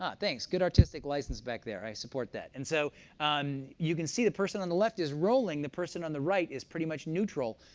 ah thanks, good artistic license back there. i support that. and so you can see the person on the left is rolling. the person on the right is pretty much neutral,